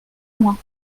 mois